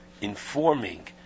informing